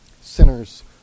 sinners